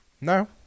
no